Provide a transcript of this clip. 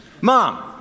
Mom